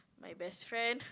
my best friend